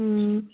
ꯎꯝ